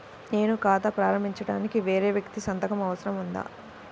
నేను ఖాతా ప్రారంభించటానికి వేరే వ్యక్తి సంతకం అవసరం ఉందా?